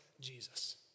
Jesus